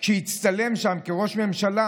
כשהצטלם שם כראש ממשלה,